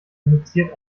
induziert